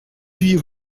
huit